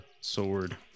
sword